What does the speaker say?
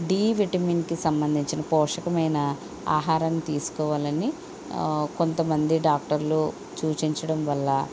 D విటమిన్కి సంబంధించిన పోషకమైన ఆహారం తీసుకోవాలని కొంతమంది డాక్టర్లు సూచించడం వల్ల